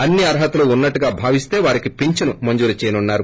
అన్ని అర్హతలు ఉన్నట్లు భావిస్త వారికి ఫించను మంజురు చేయనున్నారు